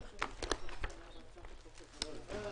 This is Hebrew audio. ננעלה בשעה 11:35.